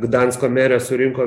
gdansko merė surinko